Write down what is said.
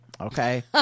okay